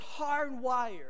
hardwired